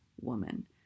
woman